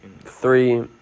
Three